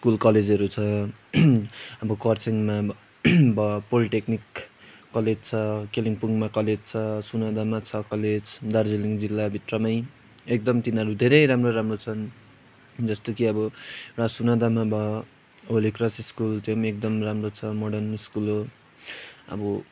school कलेजहरू छ अब कर्सियङमा भयो पोलिटेक्निक कलेज छ कालिम्पोङमा कलेज छ सोनादामा छ कलेज दार्जिलिङ जिल्ला भित्रमा एकदम तिनीहरू धेरै राम्रा राम्रा छन् जस्तो कि अब र सोनादामा भयो होली क्रस स्कुल त्यो एकदम राम्रो छ मर्डन स्कुल हो अब